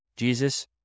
Jesus